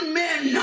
men